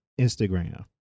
instagram